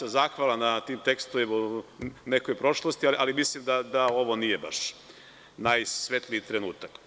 zahvalan sam na tim tekstovima u nekoj prošlosti, ali mislim da ovo nije baš najsvetliji trenutak.